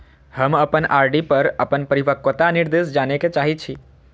हम अपन आर.डी पर अपन परिपक्वता निर्देश जाने के चाहि छी